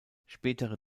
spätere